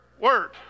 Word